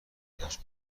مدادش